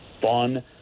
fun